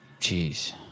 Jeez